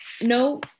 no